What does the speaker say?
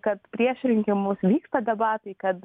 kad prieš rinkimus vyksta debatai kad